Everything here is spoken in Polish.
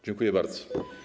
Dziękuję bardzo.